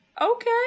Okay